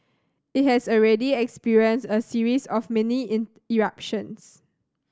it has already experienced a series of mini eruptions